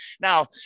Now